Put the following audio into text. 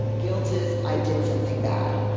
guilt is i did something bad.